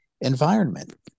environment